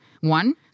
One